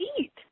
eat